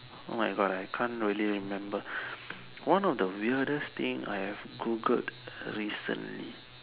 oh my god I can't really remember one of the weirdest thing I have Googled recently